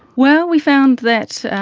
well, we found that